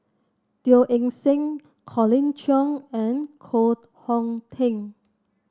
Teo Eng Seng Colin Cheong and Koh Hong Teng